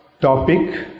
topic